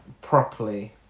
Properly